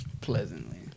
Pleasantly